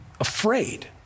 afraid